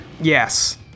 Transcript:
Yes